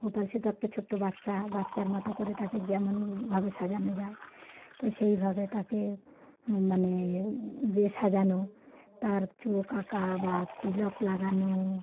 গোপাল সে তো একটা ছোটো বাচ্চা বাচ্চার মতো করে তাকে যেমনভাবে সাজানো যায় তো সেইভাবে তাকে মানে যে সাজানো তার চোখ আঁকা বা তিলক লাগানো